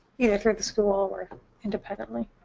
either through the school or independently.